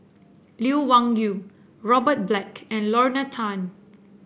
Lee Wung Yew Robert Black and Lorna Tan